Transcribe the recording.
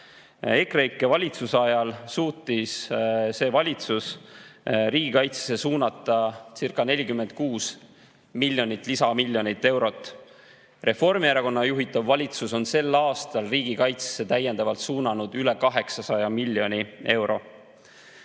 EKREIKE valitsuse ajal suutis see valitsus riigikaitsesse suunatacirca46 miljonit, lisamiljonit eurot. Reformierakonna juhitav valitsus on sel aastal riigikaitsesse täiendavalt suunanud üle 800 miljoni